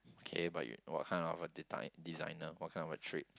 okay but you what kind of a deti~ designer what kind of a trait